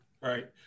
Right